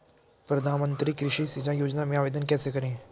प्रधानमंत्री कृषि सिंचाई योजना में आवेदन कैसे करें?